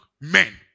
men